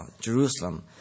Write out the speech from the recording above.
Jerusalem